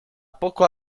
poco